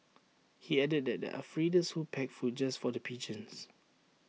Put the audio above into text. he added that there are feeders who pack food just for the pigeons